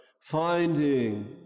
finding